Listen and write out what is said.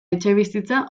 etxebizitza